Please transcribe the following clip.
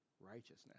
righteousness